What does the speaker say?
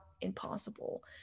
impossible